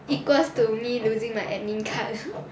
equals to me losing my admin card